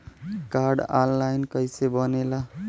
Card online कइसे बनेला?